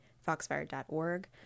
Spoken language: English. foxfire.org